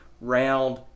round